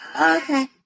Okay